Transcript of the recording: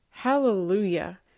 Hallelujah